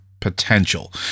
potential